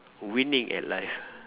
winning at life